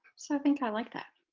so i think i like that.